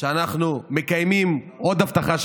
שאנחנו מקיימים עוד הבטחה שקיימנו.